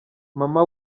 mama